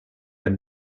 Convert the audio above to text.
that